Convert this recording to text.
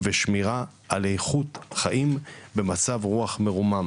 שמירה על איכות חיים ומצב רוח מרומם.